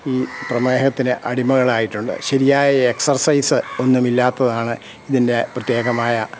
ഈ പ്രമേഹത്തിന് അടിമകളായിട്ടുണ്ട് ശരിയായ എക്സർസൈസ് ഒന്നുമില്ലാത്തതാണ് ഇതിൻ്റെ പ്രത്യേകമായ